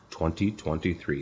2023